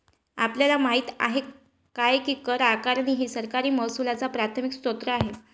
आपल्याला माहित आहे काय की कर आकारणी हा सरकारी महसुलाचा प्राथमिक स्त्रोत आहे